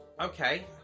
Okay